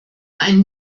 ein